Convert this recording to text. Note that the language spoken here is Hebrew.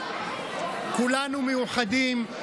כולנו מאוחדים,